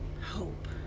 hope